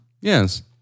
Yes